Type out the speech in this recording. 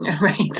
Right